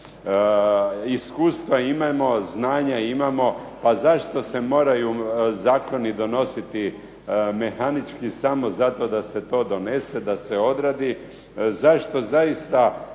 Iskustva imamo, znanja imamo, pa zašto se moraju zakoni donositi mehanički samo zato da se to donese, da se odradi. Zašto zaista